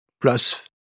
plus